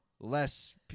less